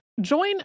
Join